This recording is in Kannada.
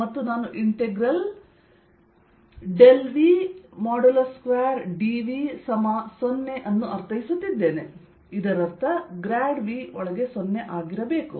ಮತ್ತು ನಾನು ಇಂಟೆಗ್ರಲ್ V2dV0 ಅನ್ನು ಅರ್ಥೈಸುತ್ತಿದ್ದೇನೆ ಇದರರ್ಥ ಗ್ರಾಡ್ V ಒಳಗೆ 0 ಆಗಿರಬೇಕು